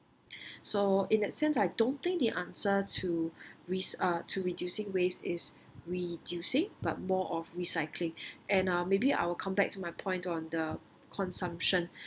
so in that sense I don't think the answer to re~ uh to reducing waste is reducing but more of recycling and uh maybe I will come back to my point on the consumption